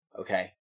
okay